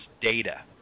data